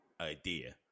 idea